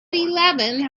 eleven